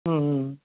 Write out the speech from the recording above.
ம் ம் ம்